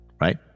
right